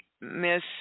Miss